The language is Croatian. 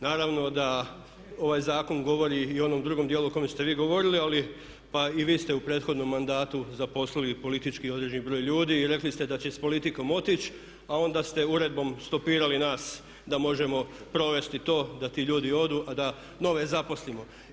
Naravno da ovaj zakon govori i o onom drugom dijelu o kojem ste vi govorili pa i vi ste u prethodnom mandatu zaposlili politički određeni broj ljudi i rekli ste da će s politikom otići a onda ste uredbom stopirali nas da možemo provesti to da ti ljudi odu a da nove zaposlimo.